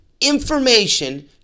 information